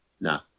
No